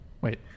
Wait